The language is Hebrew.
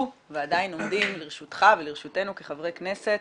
ועדיין עומדים לרשותך ולרשותנו כחברי כנסת